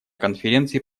конференции